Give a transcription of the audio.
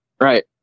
Right